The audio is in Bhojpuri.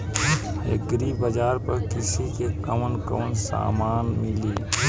एग्री बाजार पर कृषि के कवन कवन समान मिली?